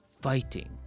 fighting